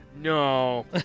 No